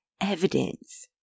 evidence